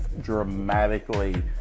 dramatically